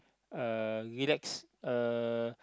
uh relaxed uh